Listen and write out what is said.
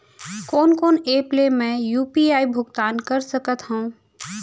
कोन कोन एप ले मैं यू.पी.आई भुगतान कर सकत हओं?